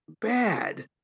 bad